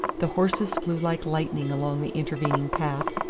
the horses flew like lightning along the intervening path,